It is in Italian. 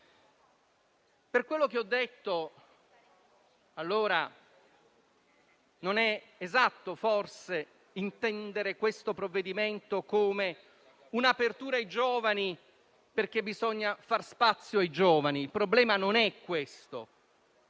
Per quello che ho detto, allora, non è esatto forse intendere questo provvedimento come un'apertura ai giovani, perché bisogna far loro spazio. Il problema non è questo,